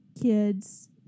kids